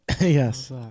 yes